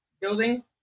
building